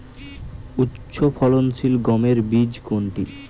উচ্চফলনশীল গমের বীজ কোনটি?